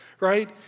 right